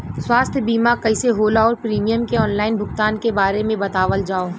स्वास्थ्य बीमा कइसे होला और प्रीमियम के आनलाइन भुगतान के बारे में बतावल जाव?